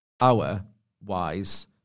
Hour-wise